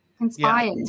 inspired